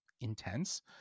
intense